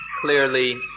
clearly